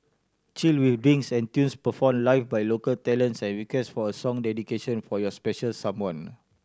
chill with drinks and tunes performed live by local talents and request for a song dedication for your special someone